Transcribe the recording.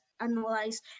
analyze